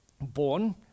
born